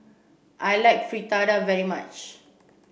I like Fritada very much